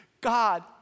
God